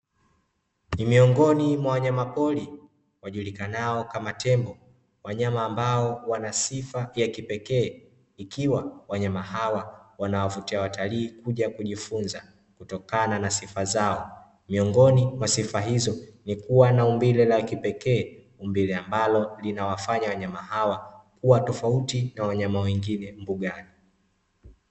Ni miongoni mwa wanyamapori wajulikanao kama tembo wanyama ambao wana sifa ya kipekee ikiwa wanyama hawa wanawavutia watalii kuja kujifunza kutokana na sifa zao. Miongoni mwa sifa hizo ni kuwa na umbile la kipekee umbile ambalo linawafanya wanyama hawa huwa tofauti na wanyama wengine mbugani.